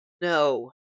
no